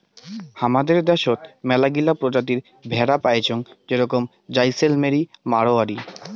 হামাদের দ্যাশোত মেলাগিলা প্রজাতির ভেড়া পাইচুঙ যেরম জাইসেলমেরি, মাড়োয়ারি